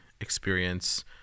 experience